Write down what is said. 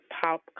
pop